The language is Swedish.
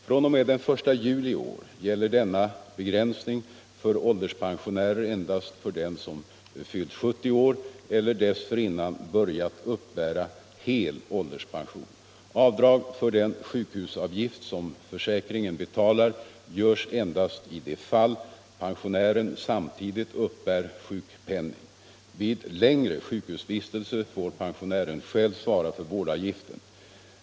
fr.o.m. den I juli i år gäller denna begränsning för ålderspensionärer endast för den som fyllt 70 år eller dessförinnan börjat uppbära hel ålderspension. Avdrag för den sjukhusavgift som försäkringen betalar görs endast i de fall pensionären samtidigt uppbär sjukpenning. Vid längre sjukhusvistelse får pensionären själv svara för vårdavgiften.